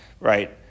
right